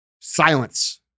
Silence